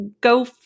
go